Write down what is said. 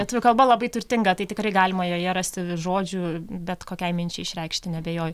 lietuvių kalba labai turtinga tai tikrai galima joje rasti žodžių bet kokiai minčiai išreikšti neabejoju